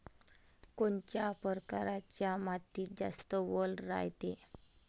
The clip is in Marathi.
कोनच्या परकारच्या मातीत जास्त वल रायते?